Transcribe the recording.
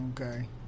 okay